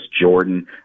Jordan